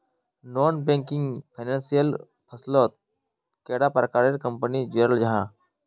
Non banking financial फसलोत कैडा प्रकारेर कंपनी जुराल जाहा?